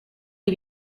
les